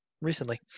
recently